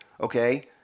okay